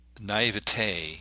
naivete